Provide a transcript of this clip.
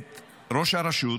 את ראש הרשות,